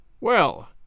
Well